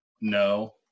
No